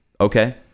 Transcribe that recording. okay